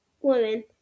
woman